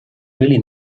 really